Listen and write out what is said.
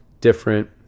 different